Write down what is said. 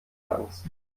angst